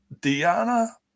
Diana